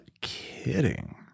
kidding